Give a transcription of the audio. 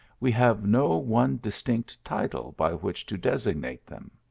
we have no one distinct title by which to designate them.